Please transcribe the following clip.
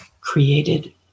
created